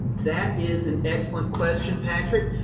that is an excellent question, patrick.